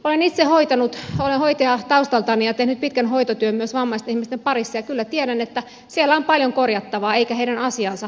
olen itse hoitanut olen hoitaja taustaltani ja tehnyt pitkän hoitotyön myös vammaisten ihmisten parissa ja kyllä tiedän että siellä on paljon korjattavaa eikä heidän asiansa esille nouse